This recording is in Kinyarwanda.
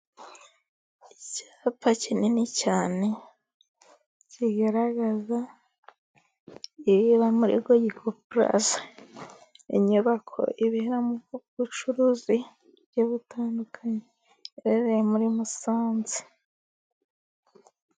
Icyapa kinini cyane kigaragaza ibiba muri Goyiko puraza. Inyubako iberamo iby'ubucuruzi ku buryo butandukanye iherereye muri Musanze.